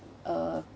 uh